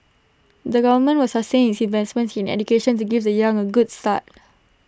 the government will sustain its investments in education to give the young A good start